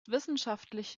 wissenschaftlich